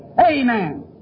Amen